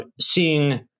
seeing